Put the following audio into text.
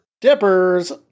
Dippers